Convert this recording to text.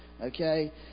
okay